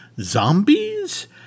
zombies